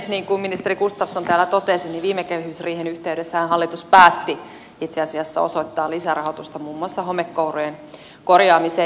niin kuin ministeri gustafsson täällä totesi viime kehysriihen yhteydessähän hallitus päätti itse asiassa osoittaa lisärahoitusta muun muassa homekoulujen korjaamiseen